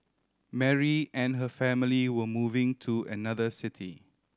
Mary and her family were moving to another city